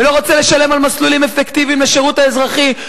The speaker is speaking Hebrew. ולא רוצה לשלם על מסלולים אפקטיביים לשירות האזרחי,